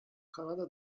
kanada